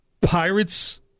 Pirates